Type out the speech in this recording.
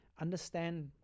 understand